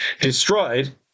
destroyed